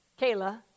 Kayla